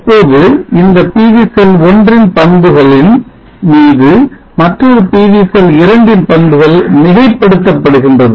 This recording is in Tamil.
இப்போது இந்த PV செல் 1 ன் பண்புகளின் மீது மற்றொரு PV செல் 2 ன் பண்புகள் மிகைப் படுத்தப் படுகிறது